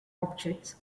objects